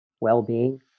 well-being